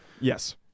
Yes